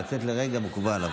לצאת לרגע, מקובל.